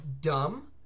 dumb